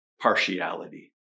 partiality